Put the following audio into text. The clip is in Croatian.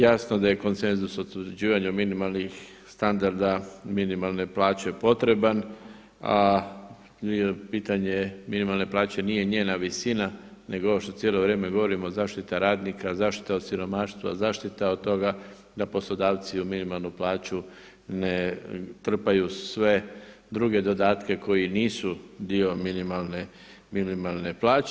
Jasno da je konsenzus u utvrđivanju minimalnih standarda minimalne plaće potreban a pitanje minimalne plaće nije njena visina nego ovo što cijelo vrijeme govorimo zaštita radnika, zaštita od siromaštva, zaštita od toga da poslodavci u minimalnu plaću ne trpaju sve druge dodatke koji nisu dio minimalne plaće.